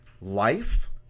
life